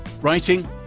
Writing